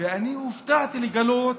אני הופתעתי לגלות